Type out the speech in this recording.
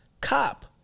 cop